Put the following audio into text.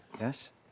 Yes